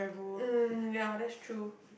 mm ya that's true